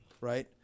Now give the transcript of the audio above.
right